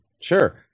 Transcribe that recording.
sure